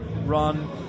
Run